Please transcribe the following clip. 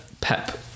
Pep